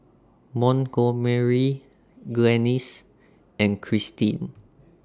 Montgomery Glennis and Krystin